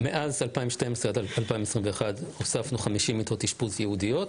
מאז 2012 עד 2021 הוספנו 50 מיטות אשפוז ייעודיות,